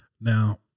Now